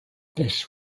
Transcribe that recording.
this